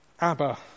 Abba